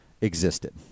existed